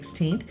16th